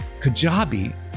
Kajabi